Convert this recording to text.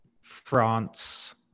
France